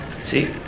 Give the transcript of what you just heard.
See